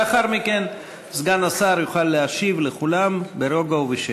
לאחר מכן סגן השר יוכל להשיב לכולם ברוגע ובשקט.